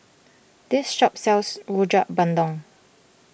this shop sells Rojak Bandung